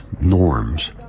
norms